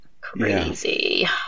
crazy